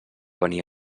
venia